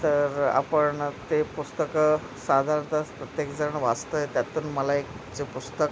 तर आपण ते पुस्तक साधारणतः प्रत्येकजण वाचतं आहे त्यातून मला एक जर पुस्तक